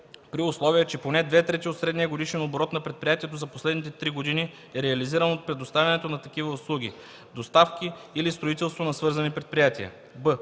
при условие че поне две трети от средния годишен оборот на предприятието за последните три години е реализиран от предоставянето на такива услуги, доставки или строителство на свързани предприятия;”;